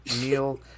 meal